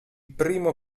primo